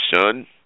son